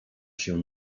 się